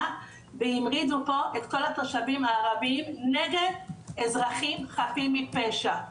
והרעידו פה את כל התושבים הערבים נגד אזרחים חפים מפשע.